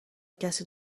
کسی